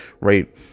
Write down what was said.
right